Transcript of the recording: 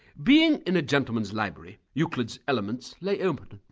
being in a gentleman's library, euclid's elements lay open.